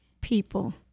People